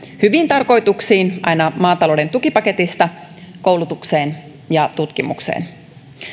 hyviin tarkoituksiin aina maatalouden tukipaketista koulutukseen ja tutkimukseen